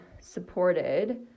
supported